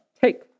take